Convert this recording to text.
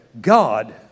God